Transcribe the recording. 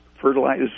fertilize